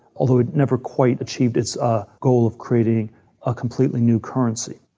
although it never quite achieved its ah goal of creating a completely new currency.